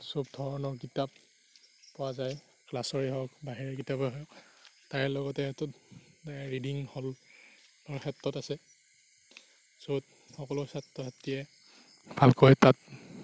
চৈধ্যশ মানৰ কিতাপ পোৱা যায় ক্লাছৰে হওক বাহিৰা কিতাপেই হওক তাৰে লগতে ৰিডিং হলৰ ক্ষেত্ৰত আছে য'ত সকলো ছাত্ৰ ছাত্ৰীয়ে ভালকৈ তাত